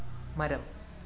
മരം